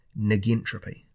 negentropy